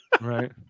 right